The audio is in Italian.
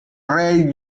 rey